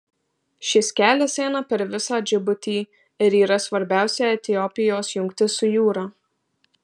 šis kelias eina per visą džibutį ir yra svarbiausia etiopijos jungtis su jūra